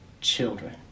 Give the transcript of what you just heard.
children